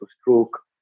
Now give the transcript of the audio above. stroke